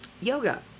Yoga